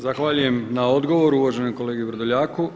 Zahvaljujem na odgovoru uvaženom kolegi Vrdoljaku.